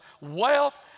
wealth